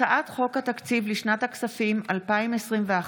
הצעת חוק התקציב לשנת הכספים 2021,